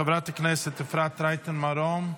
חברת הכנסת אפרת רייטן מרום,